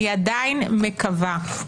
אני עדיין מקווה,